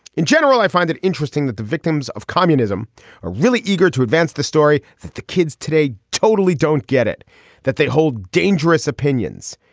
in general i find it interesting that the victims of communism are really eager to advance the story that the kids today totally don't get it that they hold dangerous opinions.